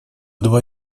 два